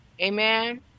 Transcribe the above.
Amen